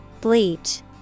Bleach